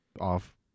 off